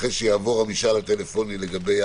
אחרי שיעבור המשאל הטלפוני לגבי